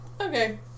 Okay